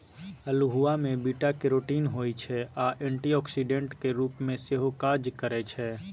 अल्हुआ मे beta carotene होइ छै आ एंटीआक्सीडेंट केर रुप मे सेहो काज करय छै